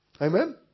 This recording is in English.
Amen